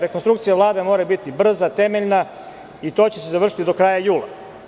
Rekonstrukcija Vlade mora biti brza, temeljna i to će se završiti do kraja jula.